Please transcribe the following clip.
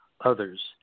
others